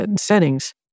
settings